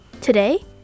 Today